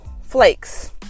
flakes